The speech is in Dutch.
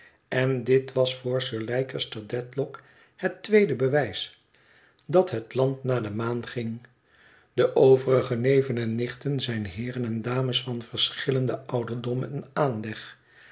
en dit was voor sir leicester dedlock het tweede bewijs dat het land naar de maan ging de overige neven en nichten zijn heeren en dames van verschillenden ouderdom en aanleg